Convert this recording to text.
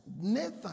Nathan